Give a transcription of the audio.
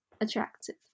attractive